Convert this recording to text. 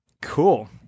Cool